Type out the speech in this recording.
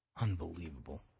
Unbelievable